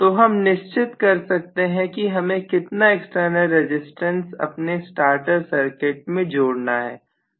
तो हम निश्चित कर सकते हैं कि हमें कितना एक्सटर्नल रेजिस्टेंस अपने स्टार्टर सर्किट में जोड़ना है